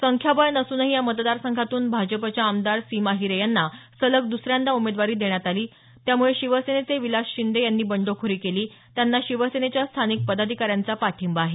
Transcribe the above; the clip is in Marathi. संख्याबळ नसूनही या मतदार संघातून भाजपच्या आमदार सीमा हिरे यांना सलग दुसऱ्यांदा उमेदवारी देण्यात आली त्यामुळे शिवसेनेचे विलास शिंदे यांनी बंडखोरी केली त्यांना शिवसेनेच्या स्थानिक पदाधिकाऱ्यांचा पाठिंबा आहे